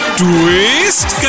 twist